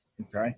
Okay